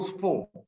four